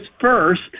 first